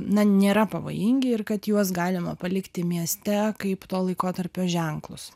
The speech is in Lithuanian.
na nėra pavojingi ir kad juos galima palikti mieste kaip to laikotarpio ženklus